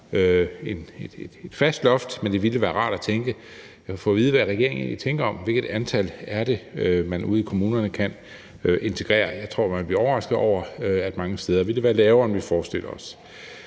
et fast loft, men det ville være rart at få at vide, hvad regeringen egentlig tænker om, hvilket antal det er, man ude i kommunerne kan integrere. Jeg tror, man vil blive overrasket over, at det mange steder vil være lavere, end vi forestiller os.